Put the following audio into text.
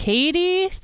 Katie